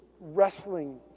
wrestling